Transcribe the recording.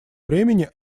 времени